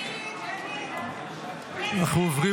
אנחנו עוברים